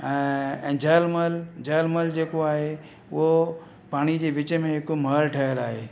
ऐं जल महल जल महल जेको आहे उहो पाणी जे विच में हिकु महल ठहियलु आहे